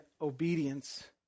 obedience